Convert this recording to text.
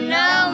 no